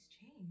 change